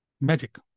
magic